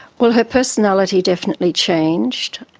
well her personality definitely changed,